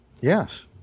yes